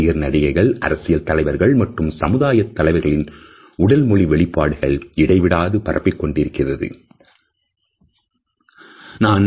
நடிகர் நடிகைகள் அரசியல் தலைவர்கள் மற்றும் சமுதாய தலைவர்களின் உடல் மொழி வெளிப்பாடுகளை இடைவிடாது பரப்பிக் கொண்டிருக்கின்றன